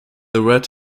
red